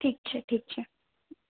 ठीक छै ठीक छै